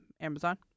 Amazon